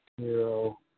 zero